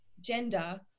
gender